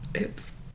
Oops